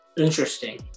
Interesting